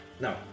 no